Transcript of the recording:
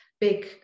big